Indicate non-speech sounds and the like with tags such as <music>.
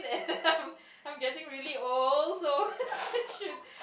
<laughs> I'm getting really old so <laughs> should